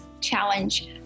challenge